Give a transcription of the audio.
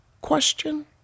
question